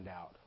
out